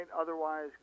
otherwise